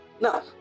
Now